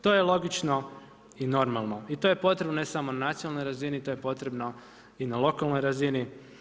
To je logično i normalno i to je potrebno ne samo na nacionalnoj razini, to je potrebno i na lokalnoj razini.